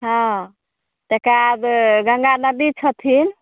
हँ तेकरा बाद गङ्गा नदी छथिन